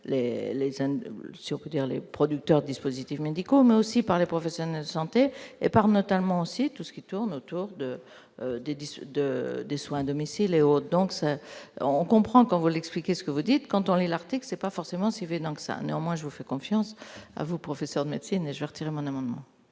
les producteurs, dispositifs médicaux mais aussi par les professionnels de santé et par notamment si tout ce qui tourne autour de de 10 de de soins de missiles et autres, donc ça on comprend quand vous l'expliquer ce que vous dites quand on lit l'article n'est pas forcément suivez donc ça, néanmoins je vous fais confiance à vous professeur de médecine, je retire mon amendement.